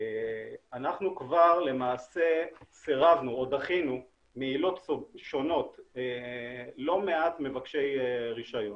אנחנו כבר למעשה סירבנו או דחינו מעילות שונות לא מעט מבקשי רישיון.